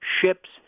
ships